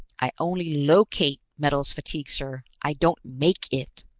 i only locate metals fatigue, sir i don't make it!